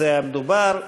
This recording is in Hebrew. בזה מדובר.